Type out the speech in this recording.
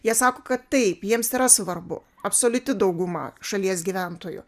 jie sako kad taip jiems yra svarbu absoliuti dauguma šalies gyventojų